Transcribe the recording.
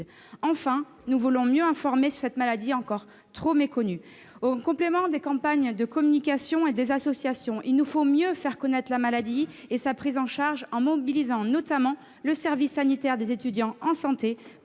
Enfin, nous voulons mieux informer sur cette maladie encore trop méconnue. En complément des campagnes de communication et des associations, il nous faut mieux faire connaître la maladie et sa prise en charge, en mobilisant notamment le service sanitaire des étudiants en santé,